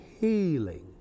healing